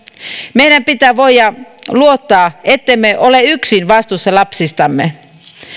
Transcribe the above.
meidän pitää voida luottaa ettemme ole yksin vastuussa lapsistamme